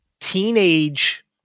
teenage